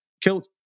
killed